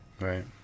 Right